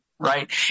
Right